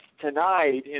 tonight